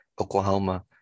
Oklahoma